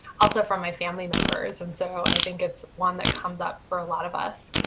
also from my family members. and so, i think it's one that comes up for a lot of us.